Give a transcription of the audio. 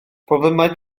problemau